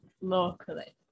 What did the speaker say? locally